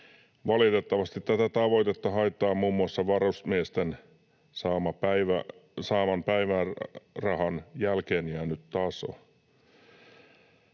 Valitettavasti tätä tavoitetta haittaa muun muassa varusmiesten saaman päivärahan jälkeenjäänyt taso.